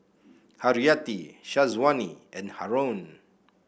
Haryati Syazwani and Haron